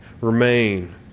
remain